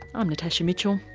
i'm natasha mitchell,